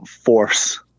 force